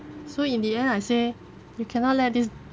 so in the end I say you cannot let this